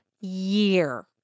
year